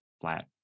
flat